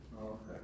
okay